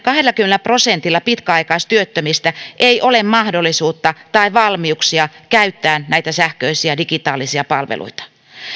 kahdellakymmenellä prosentilla pitkäaikaistyöttömistä ei ole mahdollisuutta tai valmiuksia käyttää näitä sähköisiä digitaalisia palveluita